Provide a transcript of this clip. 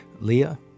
Leah